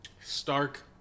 stark